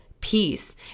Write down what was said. peace